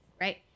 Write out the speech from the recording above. right